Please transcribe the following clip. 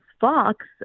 Fox